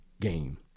game